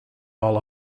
all